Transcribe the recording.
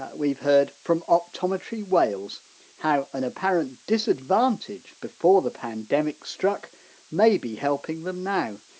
ah we've heard from optometry wales how an apparent disadvantage before the pandemic struck may be helping them now.